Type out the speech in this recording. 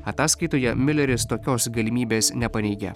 ataskaitoje miuleris tokios galimybės nepaneigė